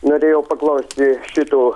norėjau paklausti šito